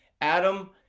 adam